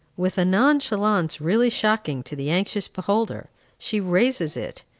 with a nonchalance really shocking to the anxious beholder, she raises it,